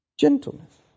Gentleness